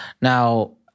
Now